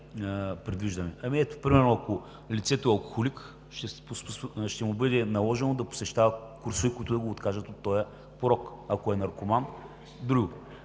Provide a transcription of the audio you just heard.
предвиждаме? Примерно, ако лицето е алкохолик, ще му бъде наложено да посещава курсове, които да го откажат от този порок, ако е наркоман – друго.